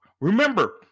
Remember